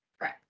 Right